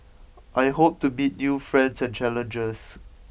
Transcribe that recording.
I hope to meet new friends and challenges